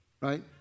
right